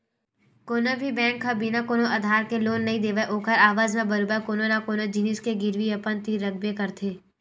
कोनो भी बेंक ह बिना कोनो आधार के लोन नइ देवय ओखर एवज म बरोबर कोनो न कोनो जिनिस के गिरवी अपन तीर रखबे करथे